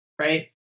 right